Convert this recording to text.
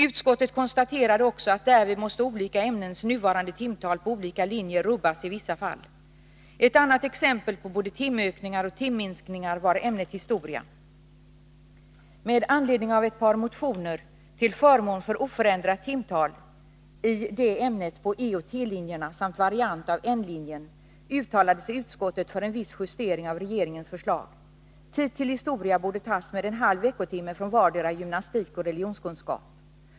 Utskottet konstaterade också att olika ämnens nuvarande timtal på olika linjer därvid måste rubbas i vissa fall. Ett annat exempel på både timökningar och timminskningar var ämnet historia. Med anledning av ett par motioner till förmån för oförändrat timtal i det ämnet på E och T-linjerna samt variant av N-linjen, uttalade sig utskottet för en viss justering av regeringens förslag. Tid till historia borde tas med en halv veckotimme från vardera gymnastik och religionskunskap.